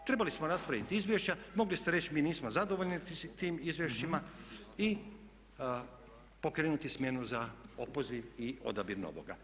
Trebali smo raspraviti izvješća, mogli ste reći mi nismo zadovoljni tim izvješćima i pokrenuti smjenu za opoziv i odabir novoga.